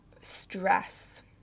stress